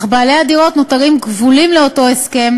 אך בעלי הדירות נותרים כבולים לאותו הסכם